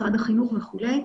משרד החינוך וכולי,